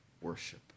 worship